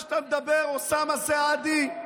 על זה אתה מדבר, אוסאמה סעדי?